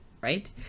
right